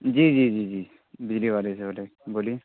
جی جی جی جی بجلی والے سے ہو رہی بولیے